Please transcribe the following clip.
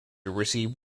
received